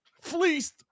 Fleeced